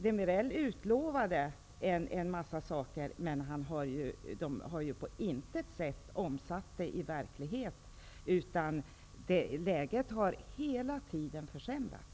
Demirel lovade en massa saker, men har på intet sätt omsatt det i verkligheten. Läget har hela tiden försämrats.